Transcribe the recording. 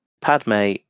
Padme